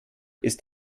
ist